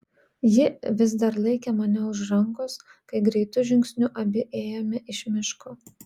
ji vis dar laikė mane už rankos kai greitu žingsniu abi ėjome iš miško